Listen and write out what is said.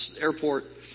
airport